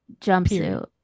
jumpsuit